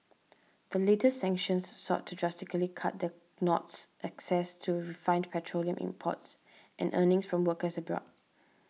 the latest sanctions sought to drastically cut the North's access to refined petroleum imports and earnings from workers abroad